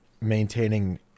maintaining